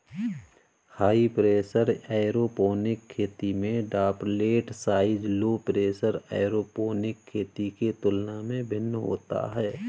high pressure aeroponic खेती में droplet size low pressure aeroponic खेती के तुलना में भिन्न होता है